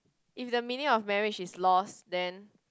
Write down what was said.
if the meaning of marriage is lose then